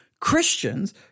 Christians